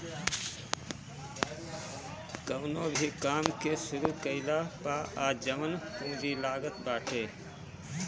कवनो भो काम के शुरू कईला पअ जवन पूंजी लागत बाटे